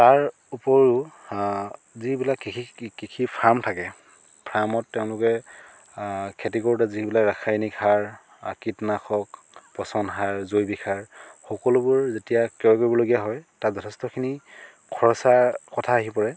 তাৰ উপৰিও যিবিলাক কৃষি কৃষিৰ ফাৰ্ম থাকে ফাৰ্মত তেওঁলোকে খেতি কৰোঁতে যিবিলাক ৰাসায়নিক সাৰ কীটনাশক পচন সাৰ জৈৱিক সাৰ সকলোবোৰ যেতিয়া ক্ৰয় কৰিবলগীয়া হয় তাক যথেষ্টখিনি খৰচাৰ কথা আহি পৰে